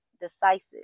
decisive